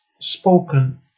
Spoken